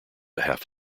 half